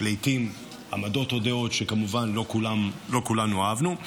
לעיתים עמדות או דעות שכמובן לא כולנו אהבנו,